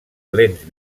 lents